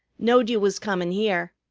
knowed you was comin' here,